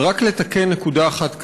ורק לתקן נקודה אחת קטנה: